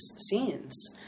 scenes